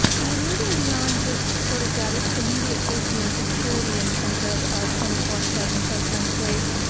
we're moving beyond just sort of that immediate safety and security in terms of twenty four seven shelter in place,